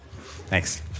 thanks